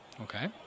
Okay